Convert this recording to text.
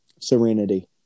serenity